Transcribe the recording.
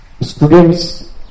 students